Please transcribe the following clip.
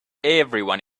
everyone